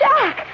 Jack